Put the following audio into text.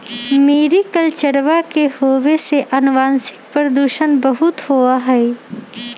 मैरीकल्चरवा के होवे से आनुवंशिक प्रदूषण बहुत होबा हई